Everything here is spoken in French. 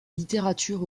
littérature